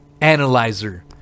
analyzer